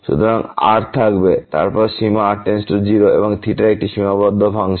সুতরাং আপনার r থাকবে এবং তারপরে সীমা r → 0 তাই এটি একটি সীমাবদ্ধ ফাংশন